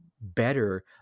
better